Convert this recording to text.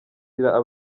yibasira